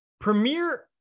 Premier